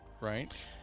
Right